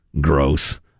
Gross